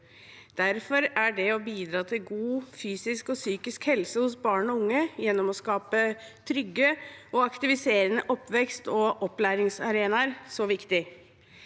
Derfor er det å bidra til god fysisk og psykisk helse hos barn og unge gjennom å skape trygge og aktiviserende oppvekst- og opplæringsarenaer så viktig.